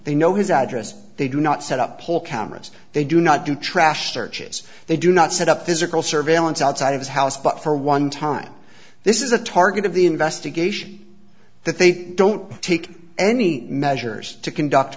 they know his address they do not set up whole cameras they do not do trash searches they do not set up physical surveillance outside of his house but for one time this is a target of the investigation that they don't take any measures to conduct